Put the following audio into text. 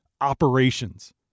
operations